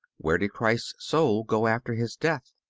where did christ's soul go after his death?